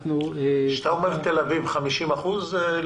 כשאתה אומר תל אביב 50 אחוזים,